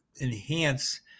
enhance